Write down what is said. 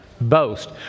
Boast